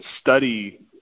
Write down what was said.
study